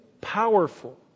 powerful